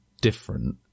different